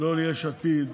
לא ליש עתיד,